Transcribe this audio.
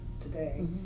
today